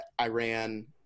Iran